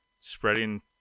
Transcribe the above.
spreading